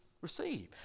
receive